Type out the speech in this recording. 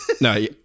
No